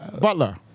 butler